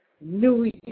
New